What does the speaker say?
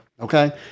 okay